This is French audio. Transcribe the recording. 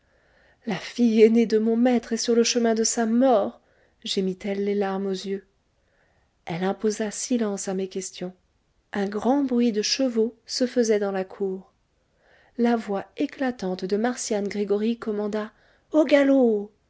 la fille aînée de mon maître est sur le chemin de sa mort gémit-elle les larmes aux yeux elle imposa silence à mes questions un grand bruit de chevaux se faisait dans la cour la voix éclatante de marcian gregoryi commanda au galop